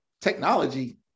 technology